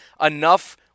enough